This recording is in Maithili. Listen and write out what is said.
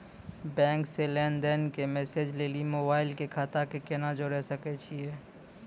बैंक से लेंन देंन के मैसेज लेली मोबाइल के खाता के केना जोड़े सकय छियै?